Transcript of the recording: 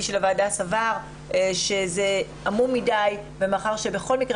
של הוועדה סבר שזה עמום מדי ומאחר שבכל מקרה